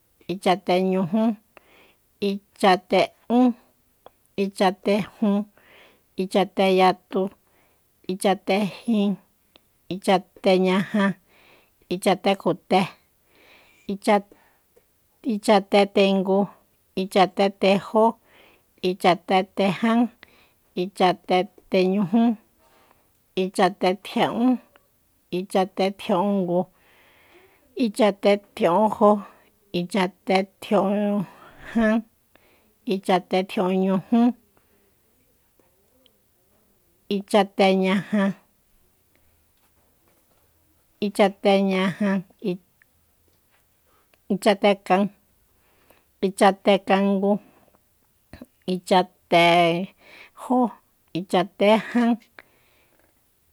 Ichate ñujú ichate'ún ichatejun ichateyatu ichatejin ichateña ichatekjote ichatetengu ichatetejó ichatetejan ichateteñujú ichatetjia'ún ichatetjia'úngu ichatetjia'únjó ichatetjia'únjan ichatetjia'únñujú ichateñaja- ichateñaja ichatekan ichatekangu ichatejó ichatejan